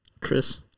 Chris